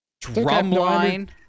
Drumline